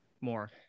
more